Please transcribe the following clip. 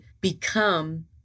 become